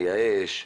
מייאש,